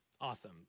Awesome